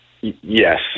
Yes